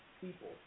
people